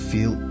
Feel